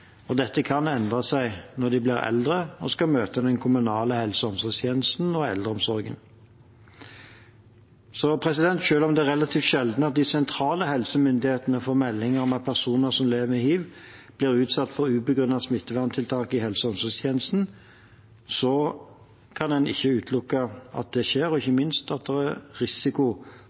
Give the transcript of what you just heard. og dette kan endre seg når de blir eldre og skal møte den kommunale helse- og omsorgstjenesten og eldreomsorgen. Selv om det er relativt sjelden at de sentrale helsemyndighetene får melding om at personer som lever med hiv, blir utsatt for ubegrunnede smitteverntiltak i helse- og omsorgstjenesten, kan en ikke utelukke at det skjer, og ikke minst at det er risiko